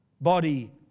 body